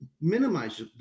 minimize